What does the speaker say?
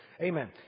Amen